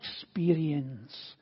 experience